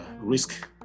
risk